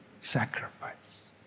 sacrifice